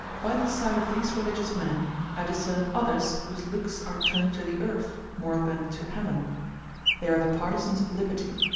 by the side of these religious men i discern others whose looks are turned to the earth more than to heaven they are the partisans of liberty,